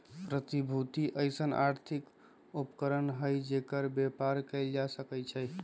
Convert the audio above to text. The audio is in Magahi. प्रतिभूति अइसँन आर्थिक उपकरण हइ जेकर बेपार कएल जा सकै छइ